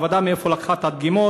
מאיפה המעבדה לקחה את הדגימות,